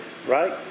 Right